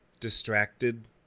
distracted